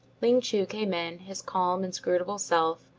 ling chu came in, his calm, inscrutable self,